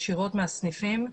ישירות מהסניפים,